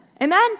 Amen